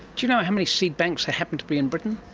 do you know how many seed banks happen to be in britain?